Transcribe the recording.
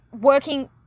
Working